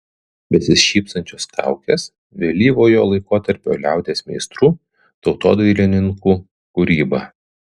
besišypsančios kaukės vėlyvojo laikotarpio liaudies meistrų tautodailininkų kūryba